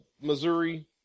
Missouri